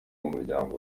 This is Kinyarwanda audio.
mumuryango